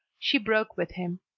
she broke with him.